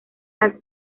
las